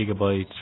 gigabytes